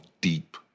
deep